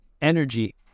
energy